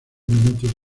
minutos